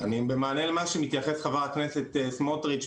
במענה למה שמתייחס ח"כ סמוטריץ',